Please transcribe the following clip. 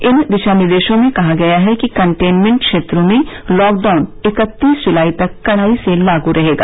इन दिशानिर्देशों में कहा गया है कि कंटेनमेंट क्षेत्रों में लॉकडाउन इकत्तीस जुलाई तक कड़ाई से लागू रहेगा